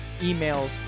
emails